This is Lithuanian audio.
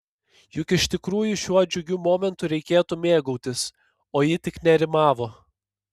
juk iš tikrųjų šiuo džiugiu momentu reikėtų mėgautis o ji tik nerimavo